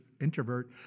introvert